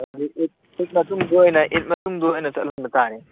ꯍꯥꯏꯗꯤ ꯏꯠꯏꯠ ꯃꯇꯨꯡꯗ ꯑꯣꯏꯅ ꯏꯠ ꯃꯇꯨꯡꯗ ꯑꯣꯏꯅ ꯆꯠꯍꯟꯕ ꯇꯥꯔꯦ